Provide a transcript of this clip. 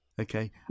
Okay